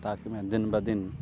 تاکہ میں دن بہ دن